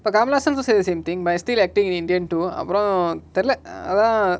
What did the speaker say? இப்ப:ippa kamalahasan so say same thing but still acting indian too அப்ரோ தெரில:apro therila err அதா:atha